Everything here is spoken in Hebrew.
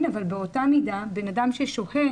אבל הרעיון הבסיסי הוא שכמו שאתם ראיתם,